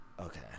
okay